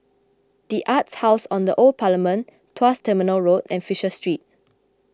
the Arts House on the Old Parliament Tuas Terminal Road and Fisher Street